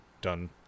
done